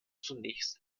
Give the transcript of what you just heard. zunächst